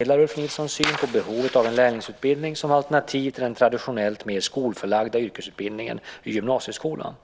Herr talman! Ulf Nilsson har frågat mig vilka åtgärder jag avser att vidta för att lärlingsutbildningen ska bli ett viktigt utbildningsalternativ i framtiden. Jag vill inledningsvis säga att jag delar Ulf Nilssons syn på behovet av en lärlingsutbildning som alternativ till den traditionellt mer skolförlagda yrkesutbildningen i gymnasieskolan.